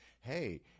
hey